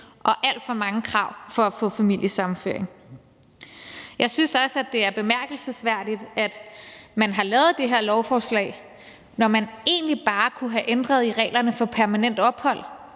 alt for mange krav for at få familiesammenføring. Jeg synes også, at det er bemærkelsesværdigt, at man har lavet det her lovforslag, når man egentlig bare kunne have ændret i reglerne for permanent ophold,